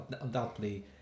undoubtedly